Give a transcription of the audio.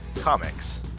Comics